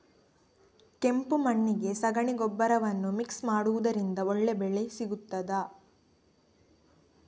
ಕೆಂಪು ಮಣ್ಣಿಗೆ ಸಗಣಿ ಗೊಬ್ಬರವನ್ನು ಮಿಕ್ಸ್ ಮಾಡುವುದರಿಂದ ಒಳ್ಳೆ ಬೆಳೆ ಸಿಗುತ್ತದಾ?